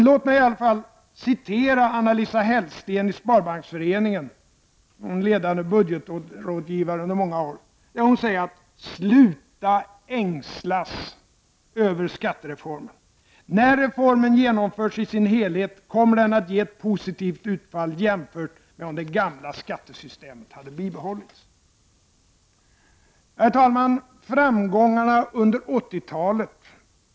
Låt mig i alla fall citera Anna-Lisa Hellsten i Sparbanksföreningen, en ledande budgetrådgivare under många år: ”Sluta ängslas över skattereformen! ——— När reformen genomförs i sin helhet kommer den att ge ett positivt utfall jämfört med om det gamla skattesystemet fortsatt att tillämpas.” Herr talman! Jag har noterat framgångarna under 80-talet.